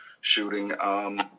shooting